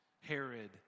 Herod